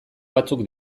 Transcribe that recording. batzuk